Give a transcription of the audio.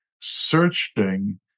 searching